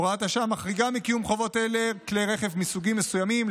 הוראת השעה מחריגה מקיום חובות אלה כלי רכב מסוגים מסוימים,